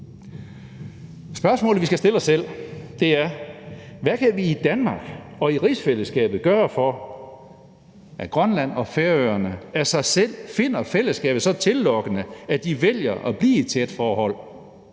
Spørgsmålet, vi skal stille os selv, er: Hvad kan vi i Danmark og i rigsfællesskabet gøre for, at Grønland og Færøerne af sig selv finder fællesskabet så tillokkende, at de vælger at blive i et tæt forhold